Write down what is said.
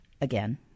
Again